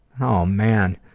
oh man,